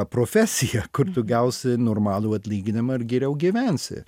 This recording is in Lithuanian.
profesija kur tu gausi normalų atlyginimą ir geriau gyvensi